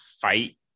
fight